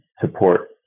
support